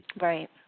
right